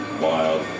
Wild